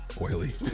oily